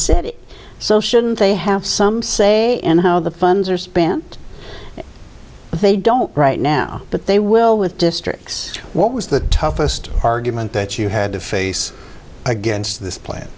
city so shouldn't they have some say and how the funds are spent but they don't right now but they will with districts what was the toughest argument that you had to face against this pla